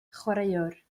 chwaraewr